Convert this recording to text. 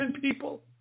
people